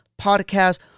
Podcast